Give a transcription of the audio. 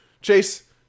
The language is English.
Chase